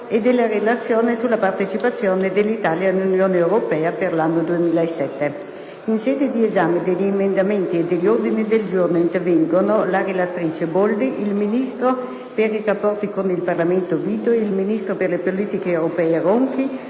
Grazie a tutte